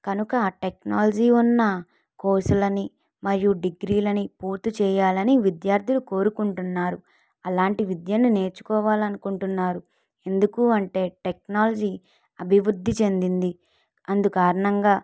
కనుక టెక్నాలజీ ఉన్న కోర్సులని మరియు డిగ్రీలని పూర్తి చేయాలని విద్యార్థులు కోరుకుంటున్నారు అలాంటి విద్యను నేర్చుకోవాలి అనుకుంటున్నారు ఎందుకంటే టెక్నాలజీ అభివృద్ధి చెందింది అందుకు కారణంగా